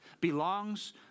belongs